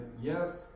Yes